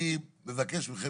אני מבקש מכם,